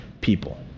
people